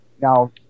now –